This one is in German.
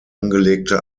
angelegte